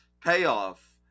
payoff